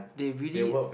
they really